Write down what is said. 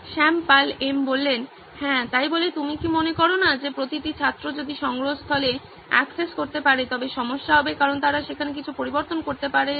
শ্যাম পাল এম হ্যাঁ তাই বলে তুমি কি মনে করো না যে প্রতিটি ছাত্র যদি সংগ্রহস্থলে অ্যাক্সেস করতে পারে তবে সমস্যা হবে কারণ তারা সেখানে কিছু পরিবর্তন করতে পারে এবং